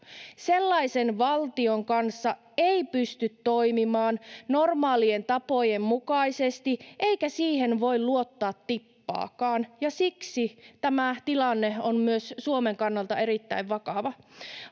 Sellaisen valtion kanssa ei pysty toimimaan normaalien tapojen mukaisesti, eikä siihen voi luottaa tippaakaan, ja siksi tämä tilanne on myös Suomen kannalta erittäin vakava.